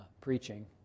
preaching